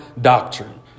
doctrine